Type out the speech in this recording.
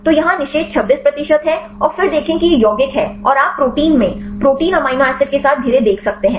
तो यहां निषेध 26 प्रतिशत है और फिर देखें कि यह यौगिक है और आप प्रोटीन में प्रोटीन अमीनो एसिड के साथ घिरे देख सकते हैं